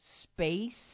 space